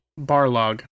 Barlog